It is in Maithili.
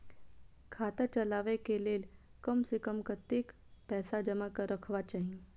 खाता चलावै कै लैल कम से कम कतेक पैसा जमा रखवा चाहि